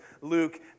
Luke